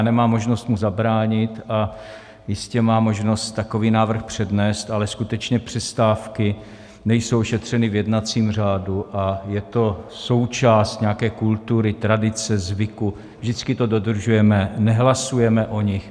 Nemám možnost mu zabránit a jistě má možnost takový návrh přednést, ale skutečně přestávky nejsou ošetřeny v jednacím řádu a je to součást nějaké kultury, tradice, zvyku, vždycky to dodržujeme, nehlasujeme o nich.